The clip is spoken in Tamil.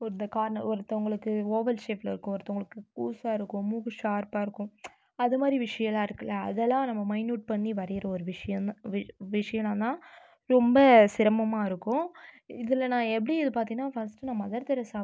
ஒருத கார்ன ஒருத்தங்களுக்கு ஓவல் ஷேப்பில் இருக்கும் ஒருத்தங்களுக்கு கூசாக இருக்கும் மூக்கு ஷார்ப்பாக இருக்கும் அதுமாதிரி விஷயலா இருக்குதுல அதலாம் நம்ம மைனூட் பண்ணி வரைகிற ஒரு விஷயந்தான் வி விஷயலாம் தான் ரொம்ப சிரமமாக இருக்கும் இதில் நான் எப்படி இது பார்த்திங்னா ஃபஸ்ட் நான் மதர் தெரேசா